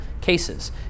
cases